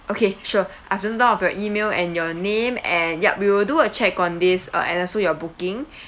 okay sure I've noted down of your email and your name and ya we will do a check on this uh and also your booking